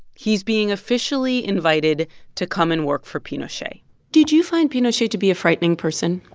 he's being officially invited to come and work for pinochet did you find pinochet to be a frightening person?